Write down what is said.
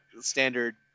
standard